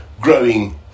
growing